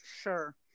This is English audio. Sure